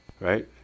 right